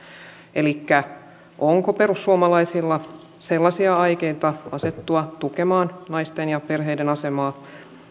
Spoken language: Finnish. elikkä onko perussuomalaisilla sellaisia aikeita asettua tukemaan naisten ja perheiden asemaa